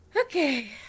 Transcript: Okay